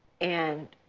and